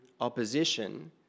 opposition